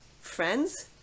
friends